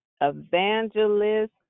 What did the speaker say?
Evangelist